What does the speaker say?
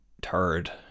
turd